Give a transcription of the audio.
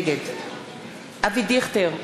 נגד אבי דיכטר,